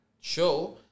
show